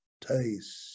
taste